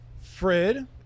Fred